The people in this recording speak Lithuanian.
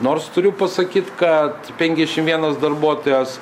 nors turiu pasakyt kad penkdešim vienas darbuotojas